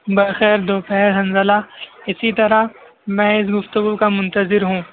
بخیر دوپہر حنزلہ اسی طرح میں اس گفتگو کا منتظر ہوں